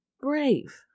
brave